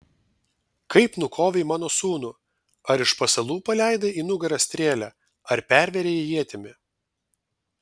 kaip nukovei mano sūnų ar iš pasalų paleidai į nugarą strėlę ar pervėrei ietimi